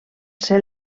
ser